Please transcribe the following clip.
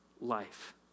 life